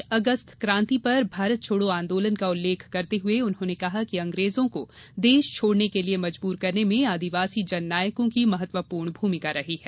आज भारत छोड़ो आन्दोलन का उल्लेख करते हुए उन्होंने कहा कि अंग्रेजों को देश छोड़ने के लिये मजबूर करने में आदिवासी जननायकों की महत्वपूर्ण भूमिका रही है